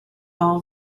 all